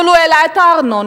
אבל הוא העלה את הארנונה,